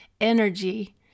energy